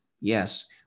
yes